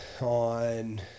on